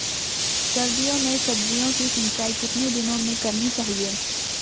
सर्दियों में सब्जियों की सिंचाई कितने दिनों में करनी चाहिए?